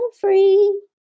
free